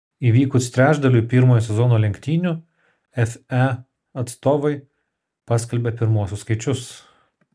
įvykus trečdaliui pirmojo sezono lenktynių fe atstovai paskelbė pirmuosius skaičius